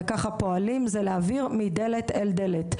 וככה פועלים זה להעביר מדלת אל דלת.